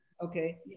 Okay